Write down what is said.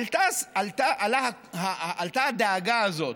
עלתה הדאגה הזאת.